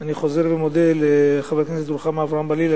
אני חוזר ומודה לחברת הכנסת רוחמה אברהם-בלילא,